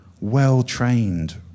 well-trained